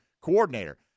coordinator